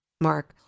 Mark